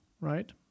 right